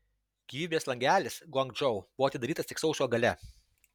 gyvybės langelis guangdžou buvo atidarytas tik sausio gale